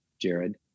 Jared